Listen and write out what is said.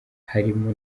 harimo